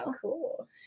cool